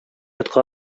атка